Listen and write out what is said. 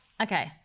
Okay